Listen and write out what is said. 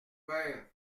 père